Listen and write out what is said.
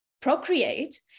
procreate